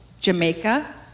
Jamaica